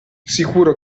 sicuro